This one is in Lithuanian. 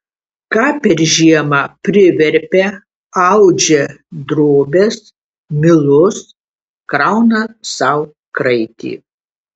ką per žiemą priverpia audžia drobes milus krauna sau kraitį